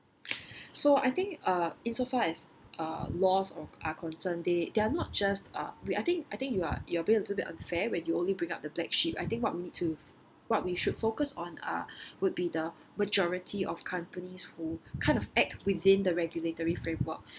so I think uh in so far as uh laws are concerned they they are not just uh I think I think you are you are being a little bit unfair when you only bring up the black sheep I think what we need to what we should focus on uh would be the majority of companies who kind of act within the regulatory framework